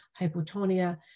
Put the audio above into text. hypotonia